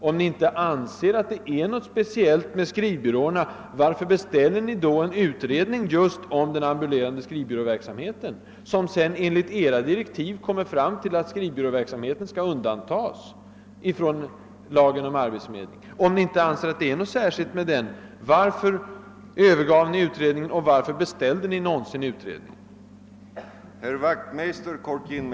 Om ni inte anser att det är någol speciellt med skrivbyråernas verksamhet, varför beställer ni då en utredning om dem, som kommer fram till att just den ambulerande skrivbyråverksamheten enligt era direktiv skall undantas från lagen om arbetsförmedling?